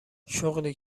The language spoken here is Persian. شغلی